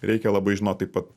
reikia labai žinot taip pat